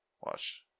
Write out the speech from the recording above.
Watch